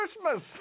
Christmas